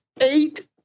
Eight